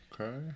Okay